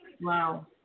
Wow